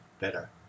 better